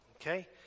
Okay